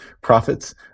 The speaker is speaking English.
profits